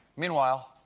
meanwhile,